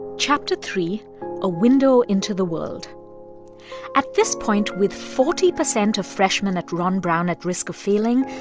chapter three a window into the world at this point, with forty percent of freshmen at ron brown at risk of failing,